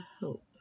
hope